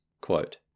Quote